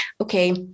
okay